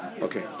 Okay